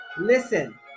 Listen